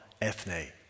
Ethne